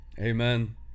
amen